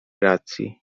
racji